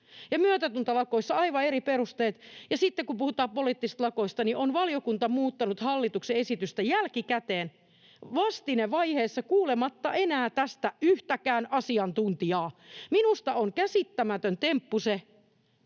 myötätuntolakoissa aivan eri perusteet, ja sitten kun puhutaan poliittisista lakoista, niin valiokunta on muuttanut hallituksen esitystä jälkikäteen vastinevaiheessa kuulematta tästä enää yhtäkään asiantuntijaa. Minusta on käsittämätön temppu, että